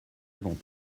avant